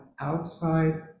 outside